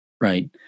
right